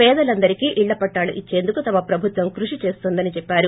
పేదలందరికీ ఇళ్ల పట్టాలు ఇచ్చేందుకు తమ ప్రభుత్వం కృషి చేస్తోందని చెప్పారు